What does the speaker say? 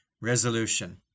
resolution